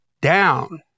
down